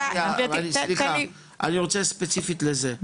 סליחה, אני רוצה ספציפית לזה.